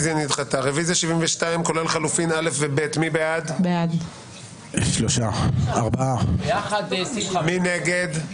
הצבעה בעד, 3 נגד,